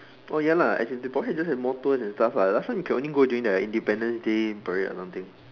oh ya lah as in they just probably have more tours and stuff lah last time you can only go during their independence day and parade or something